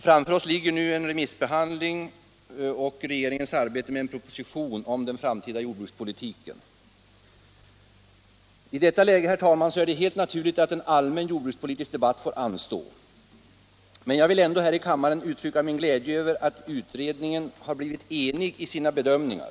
Framför oss ligger nu remissbehandlingen och regeringens arbete med en proposition om den framtida jordbrukspolitiken. I detta läge är det helt naturligt att en allmän jordbrukspolitisk debatt får anstå. Men jag vill ändå här i kammaren uttrycka min glädje över att utredningen blivit enig i sina bedömningar.